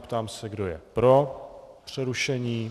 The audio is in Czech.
Ptám se, kdo je pro přerušení?